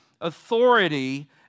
authority